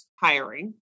hiring